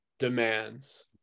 demands